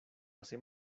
hace